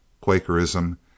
Quakerism